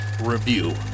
Review